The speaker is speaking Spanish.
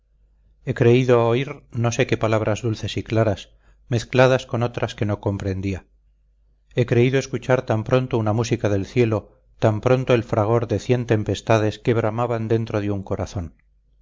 he creído oír no sé qué palabras dulces y claras mezcladas con otras que no comprendía he creído escuchar tan pronto una música del cielo tan pronto el fragor de cien tempestades que bramaban dentro de un corazón